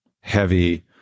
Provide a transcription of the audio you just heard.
heavy